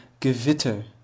Gewitter